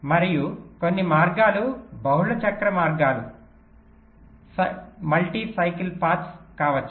మరియు కొన్ని మార్గాలు బహుళ చక్ర మార్గాలు కావచ్చు